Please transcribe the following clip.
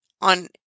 on